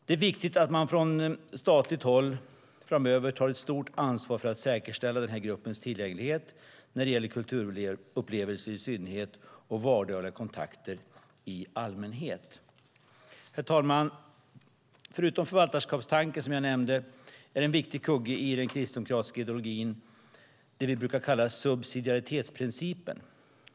Det är viktigt att man från statligt håll framöver tar ett stort ansvar för att säkerställa den här gruppens tillgänglighet när det gäller kulturupplevelser i synnerhet och vardagliga kontakter i allmänhet. Herr talman! Förutom förvaltarskapstanken som jag nämnde är en viktig kugge i den kristdemokratiska ideologin det vi brukar kalla subsidiaritetsprincipen.